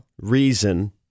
reason